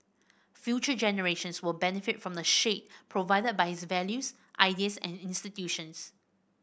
future generations will benefit from the shade provided by his values ideas and institutions